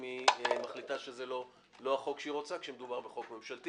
אם היא מחליטה שזה לא החוק שהיא רוצה כשמדובר בחוק ממשלתי,